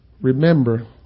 Remember